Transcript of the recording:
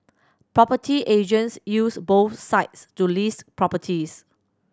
property agents use both sites to list properties